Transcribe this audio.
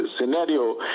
scenario